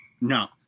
No